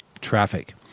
traffic